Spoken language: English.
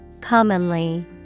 Commonly